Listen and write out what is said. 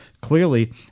clearly